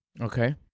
Okay